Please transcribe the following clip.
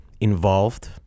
involved